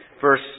verse